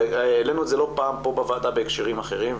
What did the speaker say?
והעלינו את זה לא פעם פה בוועדה בהקשרים אחרים,